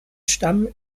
stamm